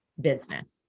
business